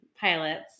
pilots